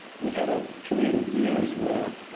we had a period of years where.